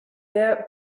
der